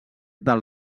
del